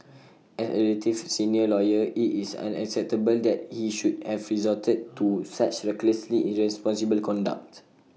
as A relatively senior lawyer IT is unacceptable that he should have resorted to such recklessly irresponsible conduct